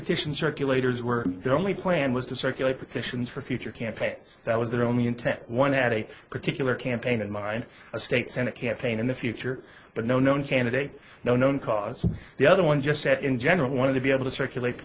petition circulators were the only plan was to circulate petitions for future campaigns that was their only intent one had a particular campaign in mind a state senate campaign in the future but no known candidate no known cause the other one just said in general wanted to be able to circulate